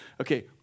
okay